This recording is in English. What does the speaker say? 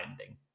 ending